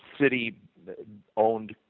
city-owned